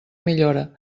millora